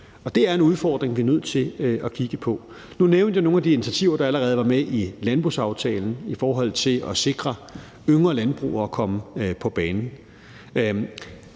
det er en udfordring, vi er nødt til at kigge på. Nu nævnte jeg nogle af de initiativer, der allerede var med i landbrugsaftalen, i forhold til at sikre yngre landbrugere at kunne komme på banen.